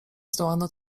zdołano